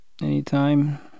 anytime